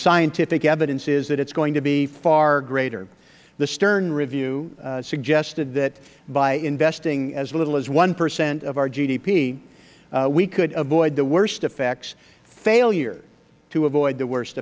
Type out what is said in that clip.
scientific evidence is that it is going to be far greater the stern review suggested that by investing as little as one percent of our gdp we could avoid the worst effects failure to avoid the worst